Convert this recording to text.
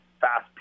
fast